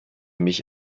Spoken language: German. mich